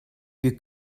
wir